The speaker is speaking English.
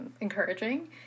encouraging